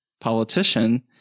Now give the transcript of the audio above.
politician